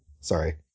sorry